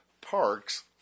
parks